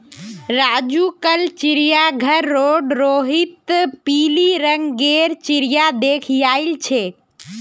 राजू कल चिड़ियाघर रोड रोहित पिली रंग गेर चिरया देख याईल छे